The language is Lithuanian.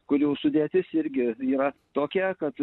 kurių sudėtis irgi yra tokia kad